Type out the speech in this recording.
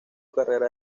carrera